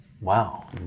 Wow